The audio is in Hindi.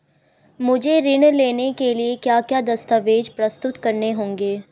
मुझे ऋण लेने के लिए क्या क्या दस्तावेज़ प्रस्तुत करने होंगे?